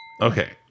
Okay